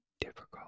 difficult